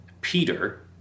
Peter